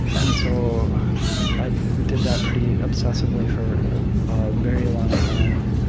and so i did that pretty obsessively for a very long time.